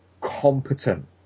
competent